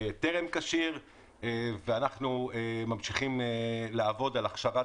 טרם כשיר ואנחנו ממשיכים לעבוד על הכשרת